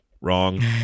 wrong